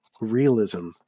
realism